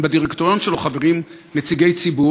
בדירקטוריון שלו חברים נציגי ציבור